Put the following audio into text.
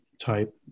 type